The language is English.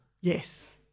Yes